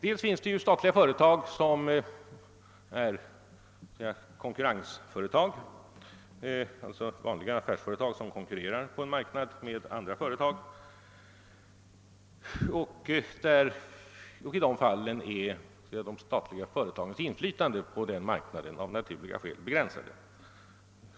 Det finns statliga företag som är konkurrensföretag, alltså vanliga affärsföretag som konkurrerar med andra företag på en marknad; i de fallen är de statliga företagens inflytande på marknaden av naturliga skäl begränsat.